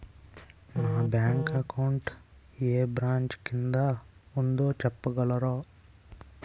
నా bank account ఏ branch కిందా ఉందో చెప్పగలరా?